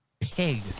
pig